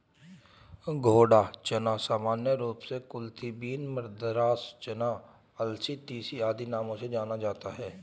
घोड़ा चना सामान्य रूप से कुलथी बीन, मद्रास चना, अलसी, तीसी आदि नामों से जाना जाता है